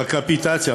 בקפיטציה,